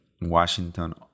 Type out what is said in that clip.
Washington